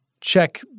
check